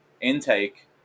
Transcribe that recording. intake